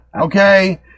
Okay